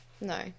No